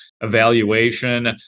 evaluation